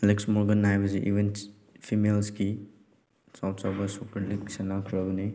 Alex Morgan ꯍꯥꯏꯕꯁꯦ ꯏꯕꯟ ꯐꯤꯃꯦꯜꯁꯀꯤ ꯑꯆꯧ ꯑꯆꯧꯕ ꯁꯨꯄꯔ ꯂꯤꯛ ꯁꯥꯟꯅꯈ꯭ꯔꯕꯅꯤ